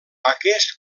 aquest